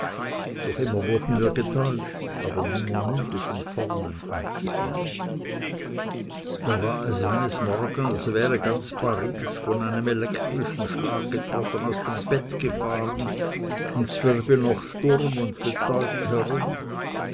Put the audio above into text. doch immer wurden wir getäuscht aber nimmer müde von vornen anzufangen da war es eines morgens als wäre ganz paris von einem elektrischen schlag getroffen aus dem bett gefahren und zwirble noch sturm und betäubt herum